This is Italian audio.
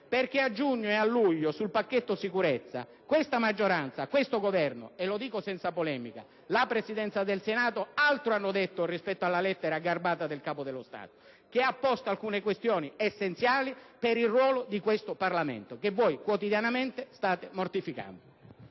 della pausa estiva, sul pacchetto sicurezza questa maggioranza, questo Governo e - lo dico senza polemica - la Presidenza del Senato altro hanno detto rispetto alla lettera garbata del Capo dello Stato che ha posto alcune questioni essenziali per il ruolo di questo Parlamento, che voi quotidianamente state mortificando.